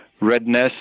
redness